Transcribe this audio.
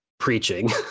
preaching